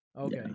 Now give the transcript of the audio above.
Okay